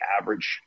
average